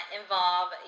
involve